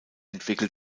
entwickelt